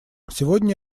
сегодня